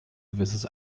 gewisses